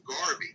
Garvey